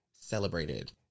celebrated